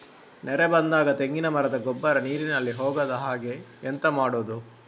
ನೆರೆ ಬಂದಾಗ ತೆಂಗಿನ ಮರದ ಗೊಬ್ಬರ ನೀರಿನಲ್ಲಿ ಹೋಗದ ಹಾಗೆ ಎಂತ ಮಾಡೋದು?